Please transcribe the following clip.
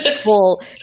full